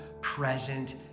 present